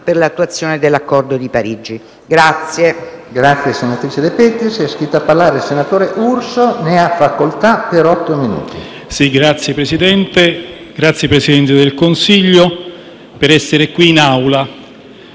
per l'attuazione dell'Accordo di Parigi.